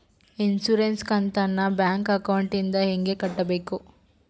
Insurance ಕಂತನ್ನ bank ಅಕೌಂಟಿಂದ ಹೆಂಗ ಕಟ್ಟಬೇಕು?